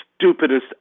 stupidest